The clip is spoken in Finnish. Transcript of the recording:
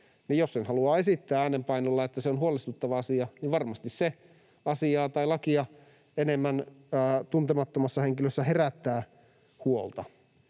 jos sen haluaa esittää äänenpainolla, että se on huolestuttava asia, niin varmasti se asiaa tai lakia enemmän tuntemattomassa henkilössä herättää huolta.